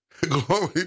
Glory